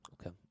Okay